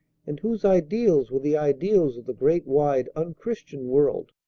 and whose ideals were the ideals of the great wide unchristian world?